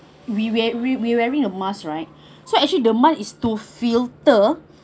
we we~ we wearing a mask right so actually the mask is to filter